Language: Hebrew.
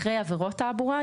אחרי "עבירות תעבורה"